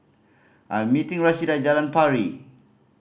I'm meeting Rashida at Jalan Pari